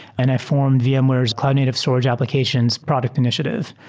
and i formed vmware's cloud native storage applications product initiative.